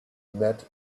met